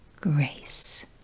Grace